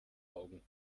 augen